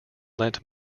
lent